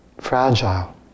fragile